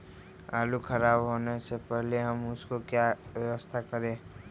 आलू खराब होने से पहले हम उसको क्या व्यवस्था करें?